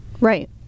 Right